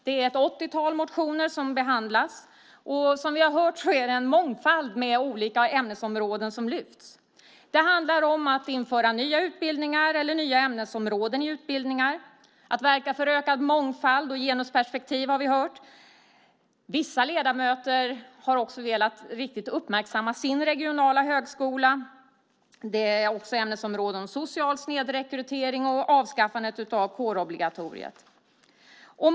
Det är ett 80-tal motioner som behandlas, och som vi har hört är det en mångfald av olika ämnesområden som lyfts fram. Det handlar om att införa nya utbildningar eller nya ämnesområden i utbildningar. Att verka för ökad mångfald och genusperspektiv har vi hört om. Vissa ledamöter har också velat riktigt uppmärksamma sin regionala högskola. Det är också ämnesområden som social snedrekrytering och avskaffandet av kårobligatoriet.